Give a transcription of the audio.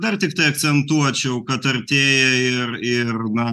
dar tiktai akcentuočiau kad artėja ir ir na